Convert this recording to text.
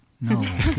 No